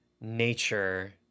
nature